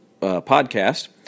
podcast